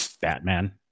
Batman